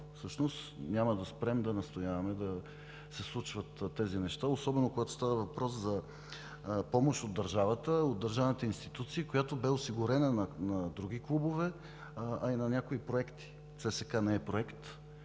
по-малко. Няма да спрем да настояваме да се случват тези неща, особено когато става въпрос за помощ от държавата, от държавните институции, която бе осигурена на други клубове, а и на някои проекти. ЦСКА не е проект.